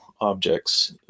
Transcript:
objects